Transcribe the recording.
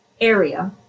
area